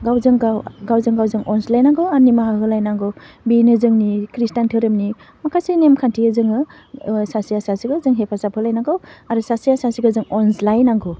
गावजोंगाव गावजोंगाव जों अनज्लायन्नांगौ आर निमाहा होलायनांगौ बेनो जोंनि खृष्टान धोरोमनि माखासे नेमखान्थियै जोङो ओह सासेया सासेखौ जों हेफाजाब होलायनांगौ आरो सासेया सासेखौ जों अनज्लायनांगौ